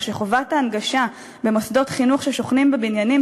אבל נדמה לי שהוא יותר מכול קורא לעזרה לציבור,